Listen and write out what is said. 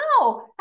No